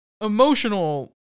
emotional